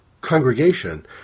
congregation